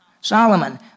Solomon